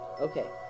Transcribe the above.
Okay